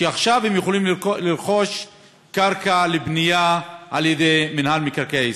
שעכשיו הם יכולים לרכוש קרקע לבנייה ממינהל מקרקעי ישראל.